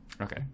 Okay